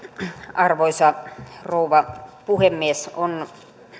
arvoisa rouva puhemies on